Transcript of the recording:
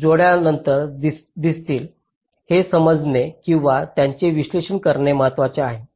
जोड्या नंतर दिसतील हे समजणे किंवा त्यांचे विश्लेषण करणे महत्वाचे आहे